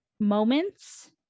moments